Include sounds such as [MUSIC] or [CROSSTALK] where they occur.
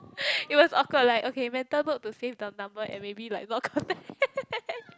[NOISE] it was awkward like okay mental note to save the number and maybe like not contact